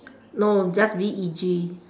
no just V E G